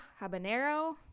habanero